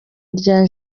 rya